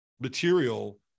material